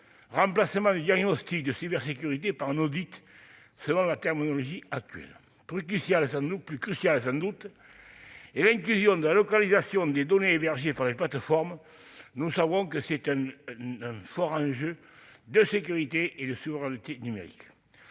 remplacement du diagnostic de cybersécurité par un « audit », selon la terminologie actuelle. Plus cruciale sans doute est l'inclusion de la localisation des données hébergées par les plateformes, qui est, nous le savons, un fort enjeu de sécurité et de souveraineté numériques.